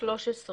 אני אציג.